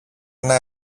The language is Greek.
ένα